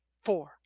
four